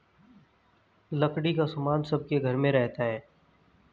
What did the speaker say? लकड़ी का सामान सबके घर में रहता है